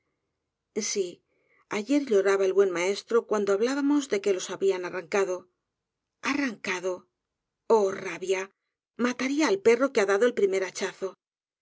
si ayer lloraba el buen maestro cuando hablábamos de que los habian arrancado arrancado oh rabia mataría al perro que ha dado el primer hachazo